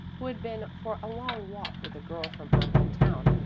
who had been for a long walk with a girl from her home town,